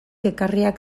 ekarriak